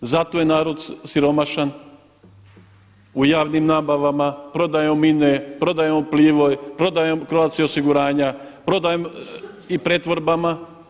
Zato je narod siromašan u javnim nabavama, prodajom INA-e, prodajom Croatia osiguranja, prodajom i pretvorbama.